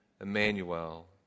Emmanuel